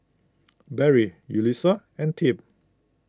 Barry Yulissa and Tim